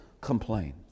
complain